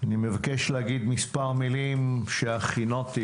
אני מבקש להגיד מספר מילים שהכינותי.